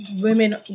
women